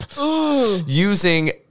Using